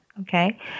okay